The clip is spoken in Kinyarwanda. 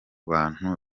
bantu